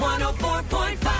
104.5